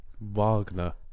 Wagner